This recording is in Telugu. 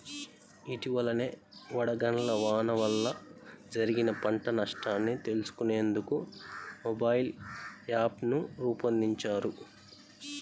ఇటీవలనే వడగళ్ల వాన వల్ల జరిగిన పంట నష్టాన్ని తెలుసుకునేందుకు మొబైల్ యాప్ను రూపొందించారు